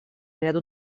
ряду